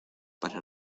para